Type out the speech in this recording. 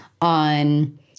on